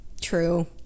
True